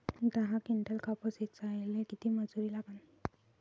दहा किंटल कापूस ऐचायले किती मजूरी लागन?